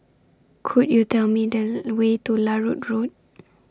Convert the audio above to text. Could YOU Tell Me The Way to Larut Road